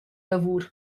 lavur